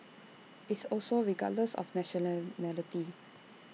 it's also regardless of national